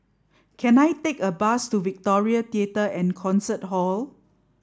can I take a bus to Victoria Theatre and Concert Hall